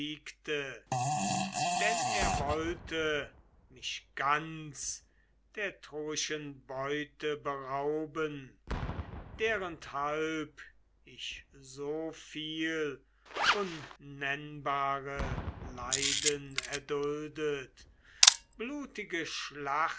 denn er wollte mich ganz der troischen beute berauben derenthalb ich so viel unnennbare leiden erduldet blutige